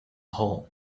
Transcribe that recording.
hole